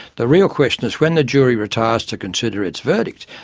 the real question is when the jury retires to consider its verdict,